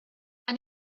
and